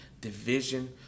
division